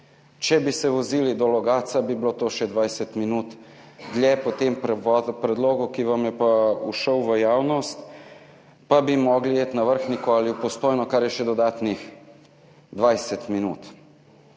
Če bi se vozili do Logatca, bi bilo to še 20 minut dlje. Po tem predlogu, ki vam je pa ušel v javnost, pa bi morali iti na Vrhniko ali v Postojno, kar je še dodatnih 20 minut.